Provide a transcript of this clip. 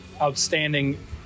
outstanding